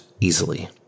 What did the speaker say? easily